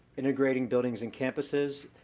integrating buildings and campuses,